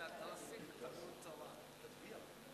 הצעת ועדת הכספים בדבר פיצול הצעת חוק הבנקאות (תיקוני חקיקה),